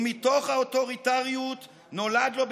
ומתוך האוטוריטריות נולד לו,